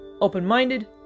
open-minded